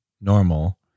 normal